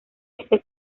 este